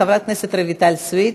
חברת הכנסת רויטל סויד,